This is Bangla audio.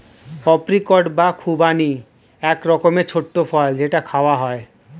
অপ্রিকট বা খুবানি এক রকমের ছোট্ট ফল যেটা খাওয়া হয়